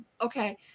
Okay